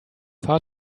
far